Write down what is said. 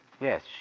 Yes